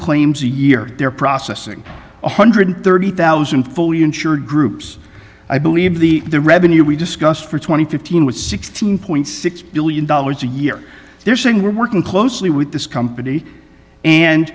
claims a year they're processing one hundred thirty thousand fully insured groups i believe the the revenue we discussed for twenty fifteen was sixteen point six billion dollars a year they're saying we're working closely with this company and